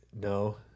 No